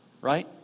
right